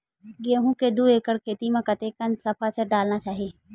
गेहूं के दू एकड़ खेती म कतेकन सफाचट डालना चाहि?